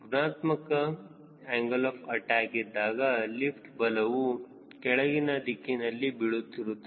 ಋಣಾತ್ಮಕ angle of attack ಇದ್ದಾಗ lift ಬಲವು ಕೆಳಗಿನ ದಿಕ್ಕಿನಲ್ಲಿ ಬೀಳುತ್ತಿರುತ್ತದೆ